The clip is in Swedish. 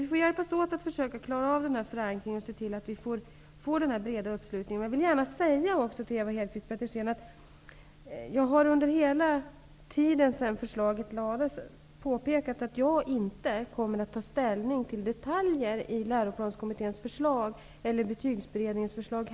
Vi får hjälpas åt att försöka klara av förankringen och se till att vi får en bred uppslutning. Jag vill också gärna säga till Ewa Hedkvist Petersen att jag under hela den tid som gått sedan förslaget lades fram har påpekat att jag inte kommer att ta ställning till detaljer i Läroplanskommitténs eller Betygsberedningens förslag.